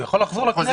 הוא יכול לחזור לכנסת.